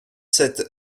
sept